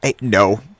No